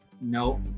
Nope